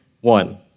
One